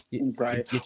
right